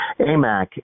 AMAC